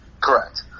Correct